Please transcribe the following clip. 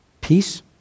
Peace